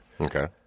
Okay